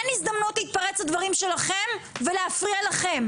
להם אין הזדמנות להתפרץ לדברים שלכם ולהפריע לכם,